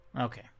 Okay